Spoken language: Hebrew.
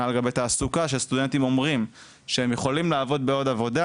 תעסוקה שהסטודנטים אומרים שהם יכולים לעבוד בעוד עבודה,